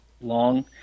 long